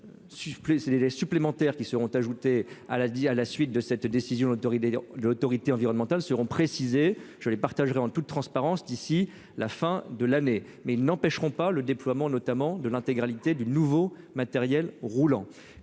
seront ces délais supplémentaires qui seront ajoutés à l'a dit, à la suite de cette décision, autorité l'autorité environnementale seront précisées, je les partagerai en toute transparence d'ici la fin de l'année, mais ils n'empêcheront pas le déploiement notamment de l'intégralité du nouveau matériel roulant